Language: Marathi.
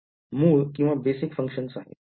मूळ किंवा बेसिक functions बरोबर